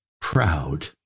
proud